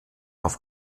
auf